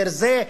יותר זה.